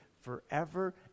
forever